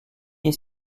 est